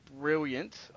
Brilliant